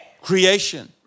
creation